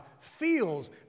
feels